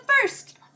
First